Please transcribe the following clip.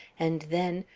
and then,